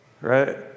right